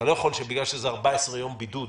תה לא יכול שבגלל שזה 14 יום בידוד,